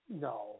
no